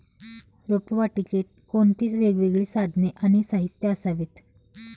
रोपवाटिकेत कोणती वेगवेगळी साधने आणि साहित्य असावीत?